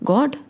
God